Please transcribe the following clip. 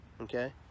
Okay